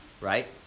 right